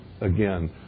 again